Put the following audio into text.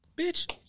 Bitch